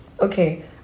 Okay